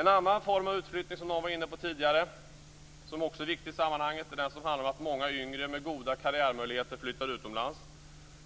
En annan form av utflyttning som någon var inne på tidigare och som också är viktig i sammanhanget handlar om att många yngre med goda karriärmöjligheter flyttar utomlands,